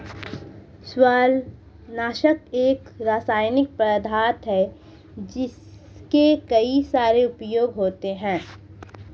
शैवालनाशक एक रासायनिक पदार्थ है जिसके कई सारे उपयोग होते हैं